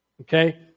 Okay